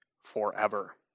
forever